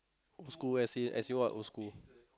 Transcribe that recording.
school as in as in what old school